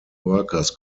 workers